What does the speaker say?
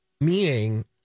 Meaning